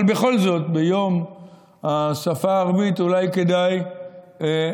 אבל בכל זאת, ביום השפה הערבית אולי כדאי לחשוב: